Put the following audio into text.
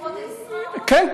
כן,